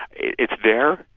it's there,